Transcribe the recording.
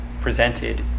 presented